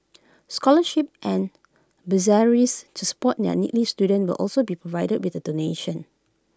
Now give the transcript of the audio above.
scholarships and bursaries to support their needy students will also be provided with the donation